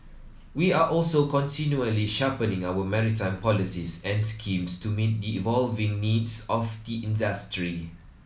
we are also continually sharpening our maritime policies and schemes to meet the evolving needs of the industry